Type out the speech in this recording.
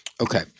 Okay